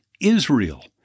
Israel